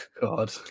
God